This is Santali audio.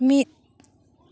ᱢᱤᱫ